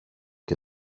και